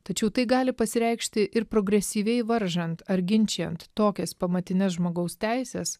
tačiau tai gali pasireikšti ir progresyviai varžant ar ginčijant tokias pamatines žmogaus teises